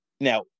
now